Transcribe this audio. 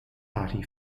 party